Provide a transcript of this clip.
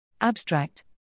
Abstract